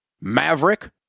maverick